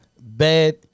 Bad